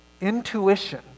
intuition